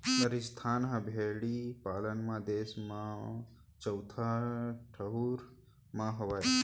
राजिस्थान ह भेड़ी पालन म देस म चउथा ठउर म हावय